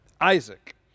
Isaac